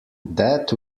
that